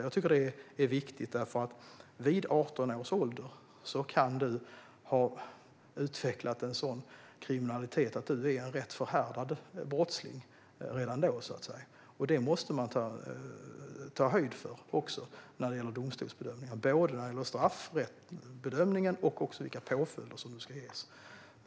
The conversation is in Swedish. Jag tycker att det är viktigt, för vid 18 års ålder kan man ha utvecklat en sådan kriminalitet att man redan då är en förhärdad brottsling. Detta måste man ta höjd för vid domstolsbedömningar, både när det gäller straffbedömningen och när det gäller vilka påföljder som ska ges.